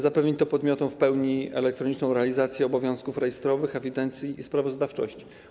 Zapewni to podmiotom w pełni elektroniczną realizację obowiązków rejestrowych, ewidencji i sprawozdawczości.